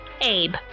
Abe